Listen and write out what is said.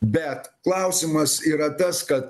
bet klausimas yra tas ka